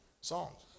songs